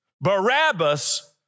Barabbas